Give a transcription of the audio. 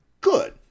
good